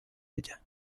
ella